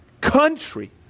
country